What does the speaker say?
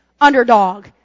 underdog